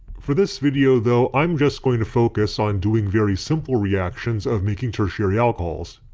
for this video though, i'm just going to focus on doing very simple reactions of making tertiary alcohols.